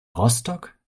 rostock